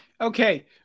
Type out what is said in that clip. Okay